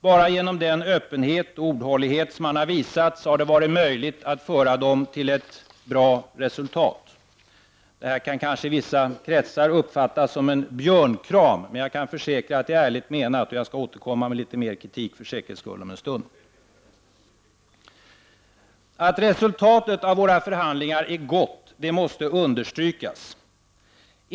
Bara genom den öppenhet och ordhållighet som han har visat har det varit möjligt att föra dem till ett bra resultat. Säkert uppfattas detta i vissa kretsar som en björnkram. Men jag kan försäkra att det är ärligt menat. Jag skall återkomma med litet mer kritik för säkerhets skull om en stund! Att resultatet av våra förhandlingar är gott måste understrykas.